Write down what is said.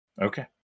Okay